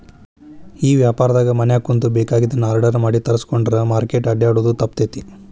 ಈ ವ್ಯಾಪಾರ್ದಾಗ ಮನ್ಯಾಗ ಕುಂತು ಬೆಕಾಗಿದ್ದನ್ನ ಆರ್ಡರ್ ಮಾಡಿ ತರ್ಸ್ಕೊಂಡ್ರ್ ಮಾರ್ಕೆಟ್ ಅಡ್ಡ್ಯಾಡೊದು ತಪ್ತೇತಿ